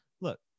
look